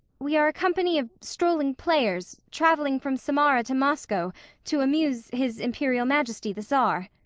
we are a company of strolling players travelling from samara to moscow to amuse his imperial majesty the czar.